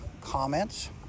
comments